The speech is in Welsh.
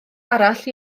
arall